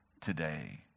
today